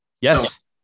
Yes